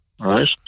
right